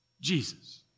Jesus